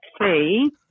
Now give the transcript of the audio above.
see